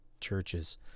churches